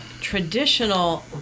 traditional